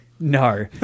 No